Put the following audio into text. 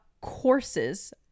courses